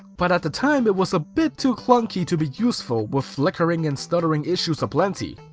but at the time, it was a bit too clunky to be useful, with flickering and stuttering issues aplenty.